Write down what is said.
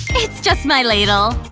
it's just my ladle!